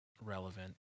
relevant